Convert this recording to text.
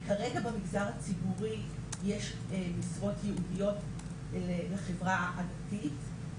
כרגע במגזר הציבורי יש משרות ייעודיות לחברה הדתית,